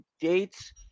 dates